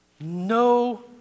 no